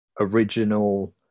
original